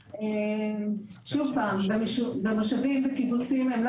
שוב פעם, במושבים, בקיבוצים, הם לא